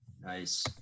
nice